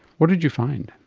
what did you find?